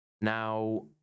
Now